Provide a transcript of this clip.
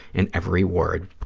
in every word.